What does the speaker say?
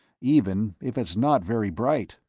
even if it's not very bright.